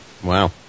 Wow